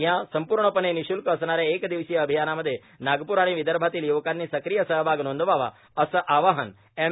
या संपूर्णपणे निशुल्क असणाऱ्या एक दिवसीय अभियानामध्ये नागपूर आणि विदर्भातील युवकांनी सक्रिय सहभाग नोंदवावा असं आवाहन एम